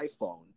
iPhone